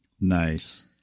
Nice